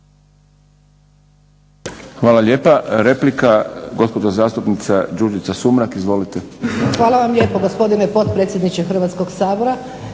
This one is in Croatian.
Hvala lijepa. Replika, gospođa zastupnica Đurđica Sumrak. Izvolite. **Sumrak, Đurđica (HDZ)** Hvala vam lijepo gospodine predsjedniče Hrvatskog sabora.